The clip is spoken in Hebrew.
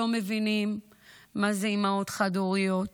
לא מבינים מה זה אימהות חד-הוריות